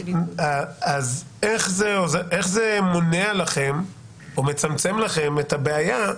אז איך זה מונע לכם או מצמצם לכם את הבעיה?